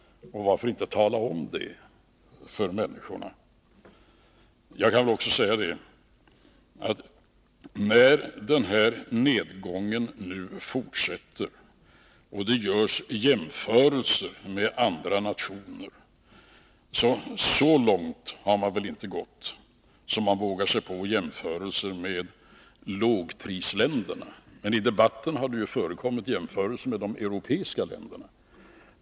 Varför inte tala om det för människorna? Jag vill också säga att när den här nedgången fortsätter, och när det görs jämförelser med andra nationer, så har man väl ändå inte gått så långt att man vågar sig på jämförelser med lågprisländerna. Men i debatten har det förekommit jämförelser med de europeiska länderna.